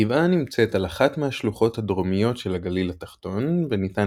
הגבעה נמצאת על אחת מהשלוחות הדרומיות של הגליל התחתון וניתן